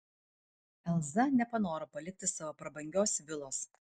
elza nepanoro palikti savo prabangios vilos